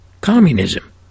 communism